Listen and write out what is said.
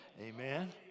Amen